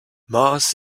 mars